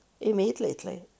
immediately